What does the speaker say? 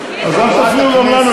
אז אל תפריעו גם לנו,